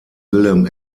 wilhelm